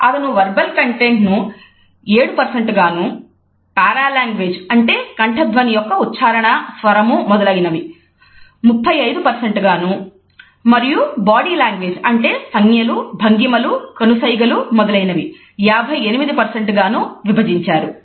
అతను verbal content ను 7 గానూ పారాలాంగ్వేజ్ అంటే కంఠ ధ్వని యొక్క ఉచ్చారణ స్వరము మొదలగునవి 35 గానూ మరియు బాడీ లాంగ్వేజ్ అంటే సంజ్ఞలు భంగిమలు కనుసైగలు మొదలగునవి 58గాను విభజించారు